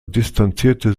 distanzierte